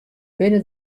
binne